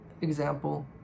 example